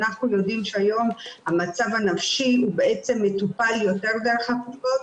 אנחנו יודעים שהיום המצב הנפשי מטופל יותר דרך הקופות.